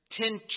ten